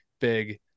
big